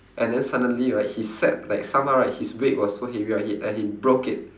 and then suddenly right he sat like somehow right his weight was so heavy right he and he broke it